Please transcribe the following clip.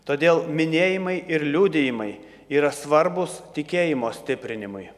todėl minėjimai ir liudijimai yra svarbūs tikėjimo stiprinimui